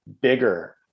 bigger